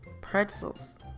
Pretzels